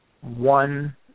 one